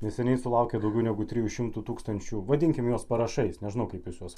neseniai sulaukė daugiau negu trijų šimtų tūkstančių vadinkime juos parašais nežinau kaip jūs juos